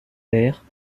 père